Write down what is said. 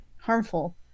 harmful